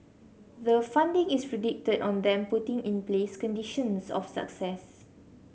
the funding is predicated on them putting in place conditions of success